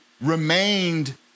remained